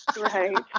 right